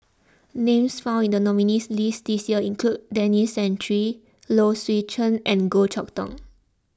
names found in the nominees' list this year include Denis Santry Low Swee Chen and Goh Chok Tong